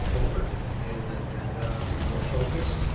forward in and in a more focused,